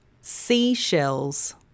seashells